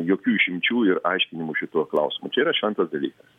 jokių išimčių ir aiškinimų šituo klausimu čia yra šventas dalykas